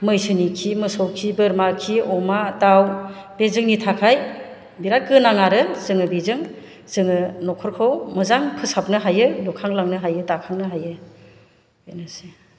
मैसोनि खि मोसौ खि बोरमा खि अमा दाउ बे जोंनि थाखाय बिराद गोनां आरो जोङो बेजों जोङो न'खरखौ मोजां फोसाबनो हायो लुखांलांनो हायो दाखांनो हायो बेनोसै